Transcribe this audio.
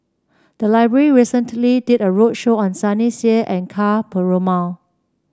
the library recently did a roadshow on Sunny Sia and Ka Perumal